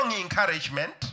encouragement